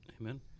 Amen